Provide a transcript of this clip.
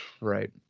Right